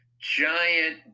giant